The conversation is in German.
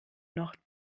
noch